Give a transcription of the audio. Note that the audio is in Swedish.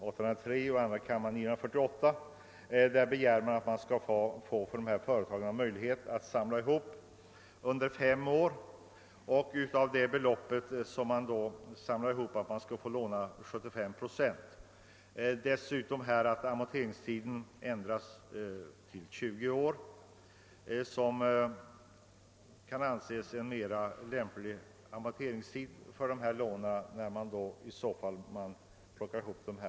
Återlånerätten kan ju bara utnyttjas vid årligen återkommande tillfällen.